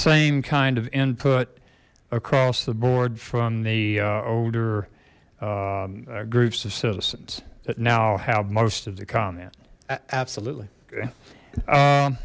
same kind of input across the board from the older groups of citizens that now have most of the comment absolutely